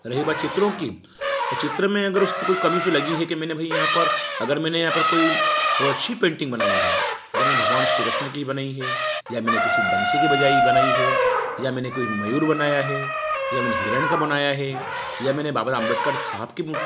रही बात चित्रों की चित्र में अगर उसे कुछ कमी उसे लगी है कि मैंने भाई यहाँ पर अगर मैंने यहाँ पर कोई वह अच्छी पेंटिंग बनाई है अगर मैं भगवान श्री कृष्ण की बनाई है या मैंने किसी बंसी की बजाई बनाई है या मैंने कोई मयूर बनाया है या मैंने हिरण का बनाया है या मैंने बाबा अम्बेडकर साहब की